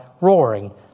roaring